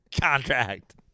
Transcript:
contract